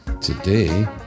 Today